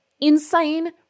insane